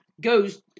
goes